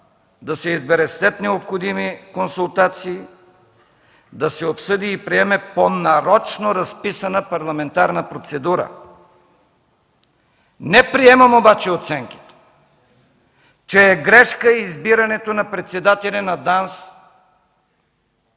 да се избере след необходими консултации, да се обсъди и приеме по нарочно разписана парламентарна процедура. Не приемам обаче оценките, че е грешка избирането на председателя на ДАНС